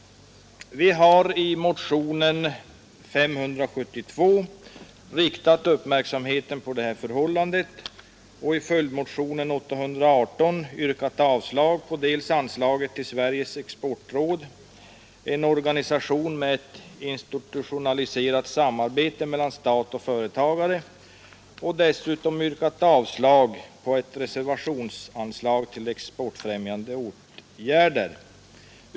Vi har i motionen 572 riktat uppmärksamheten på det här förhållandet och i följdmotionen 818 yrkat avslag på anslaget till Sveriges exportråd, en organisation med ett institutionaliserat samarbete mellan stat och företagare, och dessutom yrkat avslag på ett reservationsanslag till exportfrämjande åtgärder.